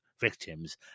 victims